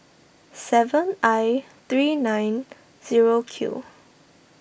seven I three nine zero Q